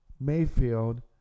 Mayfield